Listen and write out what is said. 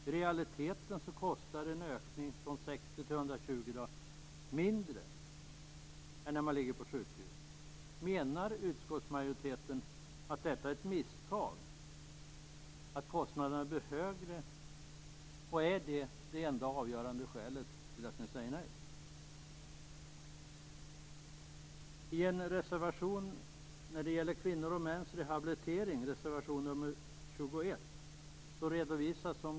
I realiteten kostar en ökning från 60 till 120 dagar mindre än om patienten ligger på sjukhus. Menar ni i utskottsmajoriteten att detta misstag - att kostnaderna skulle bli högre - är det enda och avgörande skälet till att ni säger nej? man kan nästan kalla det så - när det gäller rehabilitering.